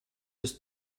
das